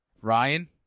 Ryan